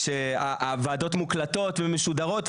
שהוועדות מוקלטות ומשודרות,